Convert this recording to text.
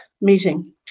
meeting